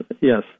yes